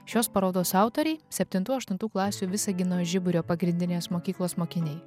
šios parodos autoriai septintų aštuntų klasių visagino žiburio pagrindinės mokyklos mokiniai